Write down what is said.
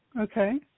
Okay